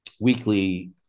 weekly